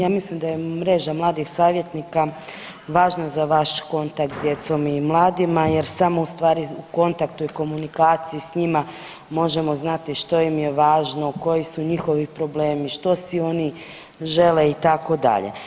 Ja mislim da je Mreža mladih savjetnika važna za vaš kontakt s djecom i mladima jer samo ustvari u kontaktu i komunikaciji s njima možemo znati što im je važno, koji su njihovi problemi, što si oni žele, itd.